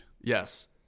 Yes